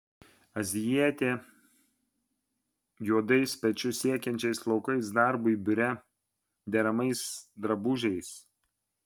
azijietė juodais pečius siekiančiais plaukais darbui biure deramais drabužiais